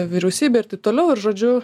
vyriausybė ir taip toliau ir žodžiu